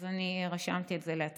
אז רשמתי את זה לעצמי.